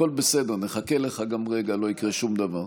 הכול בסדר, נחכה לך גם רגע, לא יקרה שום דבר.